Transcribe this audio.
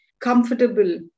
comfortable